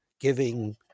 giving